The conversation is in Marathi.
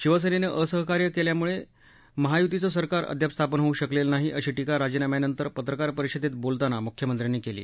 शिवसेनेनं असहकार्य केल्यामुळे महायुतीचं सरकार अद्याप स्थापन होऊ शकलेलं नाही अशी टीका राजीनाम्यानंतर पत्रकार परिषदेत बोलताना मुख्यमंत्र्यांनी केली